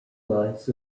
lies